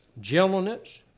gentleness